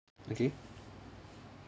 okay